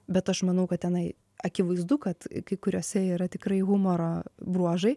bet aš manau kad tenai akivaizdu kad kai kuriose yra tikrai humoro bruožai